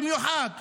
במיוחד בנגב,